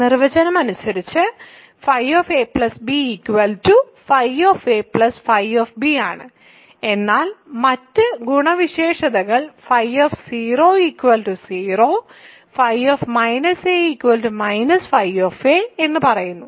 നിർവചനം അനുസരിച്ച് φab φ φ ആണ് എന്നാൽ മറ്റ് ഗുണവിശേഷതകൾ φ 0 φ φ എന്ന് പറയുന്നു